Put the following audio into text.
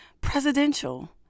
presidential